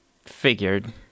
figured